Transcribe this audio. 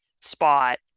spot